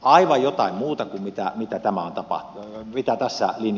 aivan jotain muuta kuin mitä tässä linjataan